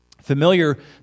Familiar